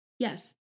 Yes